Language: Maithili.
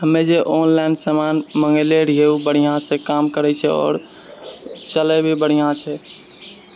हम्मे जे ऑनलाइन सामान मङ्गेले रहियै ओ बढ़िआँसँ काम करै छै आओर चलै भी बढ़िआँ छै